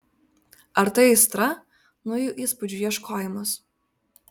ar tai aistra naujų įspūdžių ieškojimas